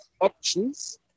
options